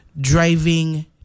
driving